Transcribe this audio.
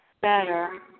better